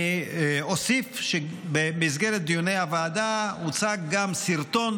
אני אוסיף שבמסגרת דיוני הוועדה הוצג גם סרטון